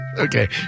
Okay